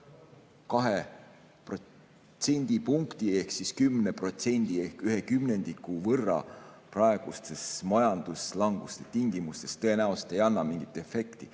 protsendipunkti ehk siis 10% ehk ühe kümnendiku võrra praeguse majanduslanguse tingimustes tõenäoliselt ei anna mingit efekti,